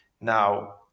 Now